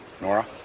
Nora